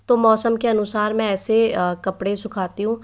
तो मौसम के अनुसार मैं ऐसे कपड़े सूखाती हूँ